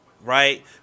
Right